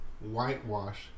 whitewash